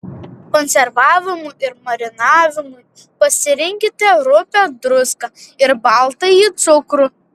konservavimui ir marinavimui pasirinkite rupią druską ir baltąjį cukrų